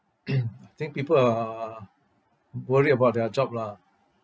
I think people are worried about their job lah